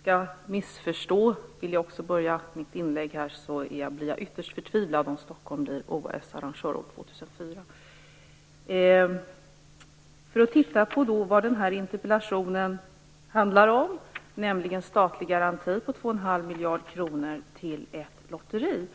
skall missförstå vill jag börja mitt inlägg med att säga att jag blir ytterst förtvivlad om Stockholm blir OS-arrangör år 2004. 2,5 miljard kronor till ett lotteri.